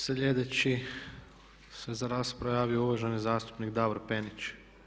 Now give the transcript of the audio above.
Sljedeći se za raspravu javio uvaženi zastupnik Davor Penić.